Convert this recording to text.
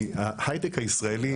ההייטק הישראלי,